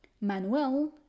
Manuel